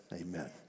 Amen